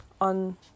on